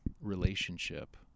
relationship